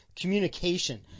Communication